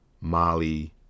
Molly